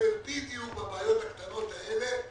שמטפל בדיוק בבעיות הקטנות הללו.